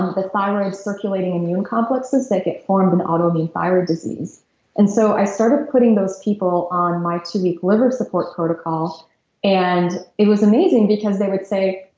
um the thyroid circulating immune complexes that get formed in auto thyroid disease and so i started putting those people on my two-week liver support protocol and it was amazing because they would say,